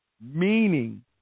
meaning